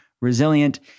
resilient